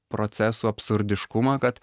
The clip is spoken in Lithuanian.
procesų absurdiškumą kad